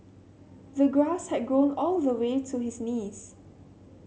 the grass had grown all the way to his knees